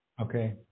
Okay